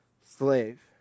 slave